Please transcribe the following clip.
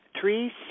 Three